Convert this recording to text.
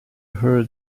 hear